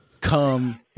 come